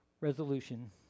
resolution